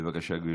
בבקשה, גברתי.